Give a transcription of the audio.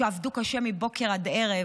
שעבדו קשה מבוקר עד ערב,